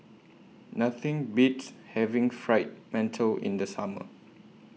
Nothing Beats having Fried mantou in The Summer